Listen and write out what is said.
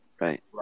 Right